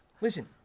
Listen